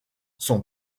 son